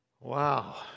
wow